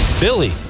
Billy